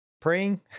praying